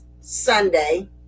sunday